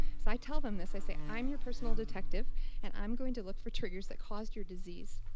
so i tell them this, i say, i'm your personal detective and i'm going to look for triggers that cause your disease.